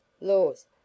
laws